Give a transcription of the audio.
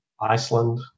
Iceland